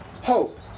hope